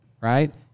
right